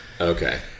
Okay